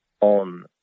on